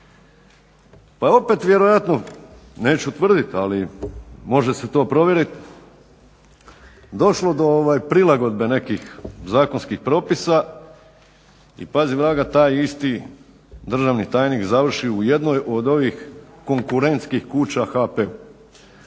pa opet vjerojatno neću tvrditi ali može se to provjeriti došlo do prilagodbe nekih zakonskih propisa i pazi vraga taj isti državni tajnik završi u jednoj od ovih konkurentskih kuća HP.